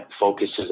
focuses